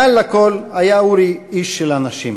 מעל לכול, היה אורי איש של אנשים.